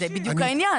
זה בדיוק העניין.